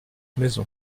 maison